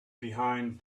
behind